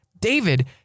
David